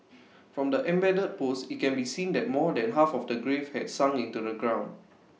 from the embedded post IT can be seen that more than half of the grave had sunk into the ground